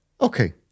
Okay